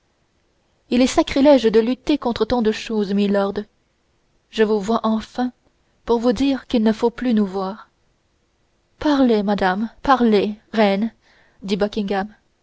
il est sacrilège de lutter contre tant de choses milord je vous vois enfin pour vous dire qu'il ne faut plus nous voir parlez madame parlez reine